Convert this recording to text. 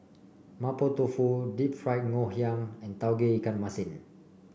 Mapo Tofu Deep Fried Ngoh Hiang and Tauge Ikan Masin